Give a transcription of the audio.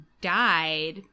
died